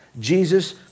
Jesus